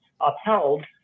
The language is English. upheld